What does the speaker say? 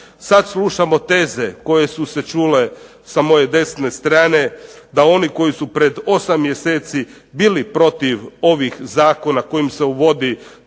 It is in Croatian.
Sad slušamo teze koje su se čule sa moje desne strane da oni koji su pred 8 mjeseci bili protiv ovih zakona kojim se uvodi 2, odnosno